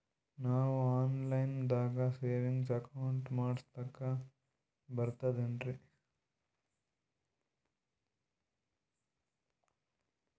ನಾವು online ದಾಗ savings account ಮಾಡಸ್ಲಾಕ ಬರ್ತದೇನ್ರಿ?